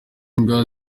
mbwa